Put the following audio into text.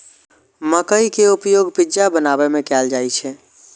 मकइ के उपयोग पिज्जा बनाबै मे कैल जाइ छै